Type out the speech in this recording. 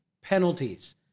penalties